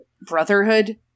brotherhood